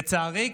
לצערי,